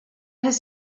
his